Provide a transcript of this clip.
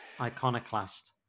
iconoclast